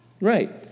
right